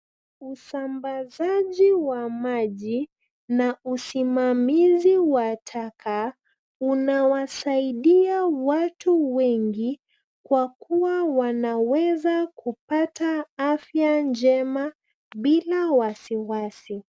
Usamabazaji wa maji na usimamizi wa taka unawasaidia watu wengi kwa kuwa wanaweza kupata afya njema bila wasi wasi.